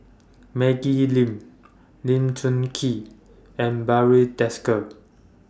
Maggie Lim Lee Choon Kee and Barry Desker